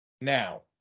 Now